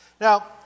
Now